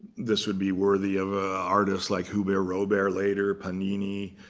this would be worthy of artists like hubert robert, later panini.